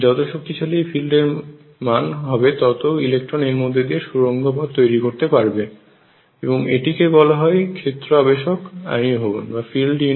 যত শক্তিশালী এই ফিল্ডের মান হবে ততো ইলেকট্রন এর মধ্য দিয়ে সুরঙ্গ পথ তৈরি করতে পারবে এবং এটিকে বলা হয় ক্ষেত্র আবেশক আয়নীভবন